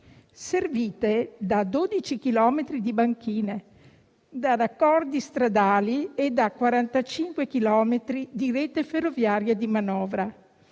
servite da 12 chilometri di banchine, da raccordi stradali e da 45 chilometri di rete ferroviaria di manovra.